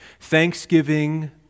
thanksgiving